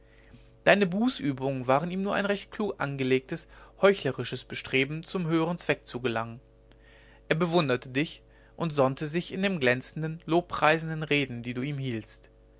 deine bußübungen waren ihm nur ein recht klug angelegtes heuchlerisches bestreben zum höheren zweck zu gelangen er bewunderte dich und sonnte sich in den glänzenden lobpreisenden reden die du ihm hieltst